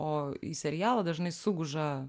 o į serialą dažnai suguža